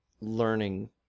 learning